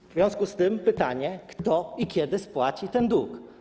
W związku z tym mam pytanie: Kto i kiedy spłaci ten dług?